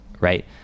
right